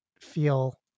feel